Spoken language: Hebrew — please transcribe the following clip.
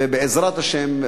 בעזרת השם,